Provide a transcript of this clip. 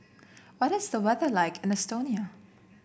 what is the weather like in Estonia